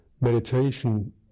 meditation